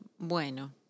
bueno